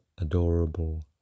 adorable